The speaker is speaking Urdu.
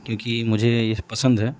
کیونکہ مجھے یہ پسند ہے